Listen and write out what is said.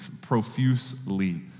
profusely